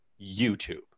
YouTube